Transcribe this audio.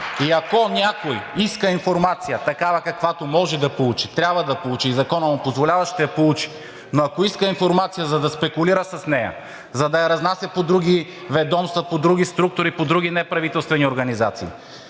И ако някой иска информация такава, каквато може да получи, трябва да получи, и законът му позволява – ще я получи. Но ако иска информация, за да спекулира с нея, за да я разнася по други ведомства, по други структури, по други неправителствени организации